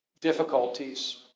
difficulties